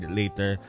later